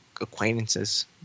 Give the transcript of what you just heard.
acquaintances